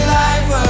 life